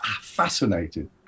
fascinated